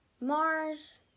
Mars